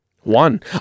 One